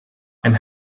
and